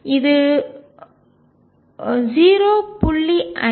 இது 0